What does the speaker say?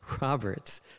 Roberts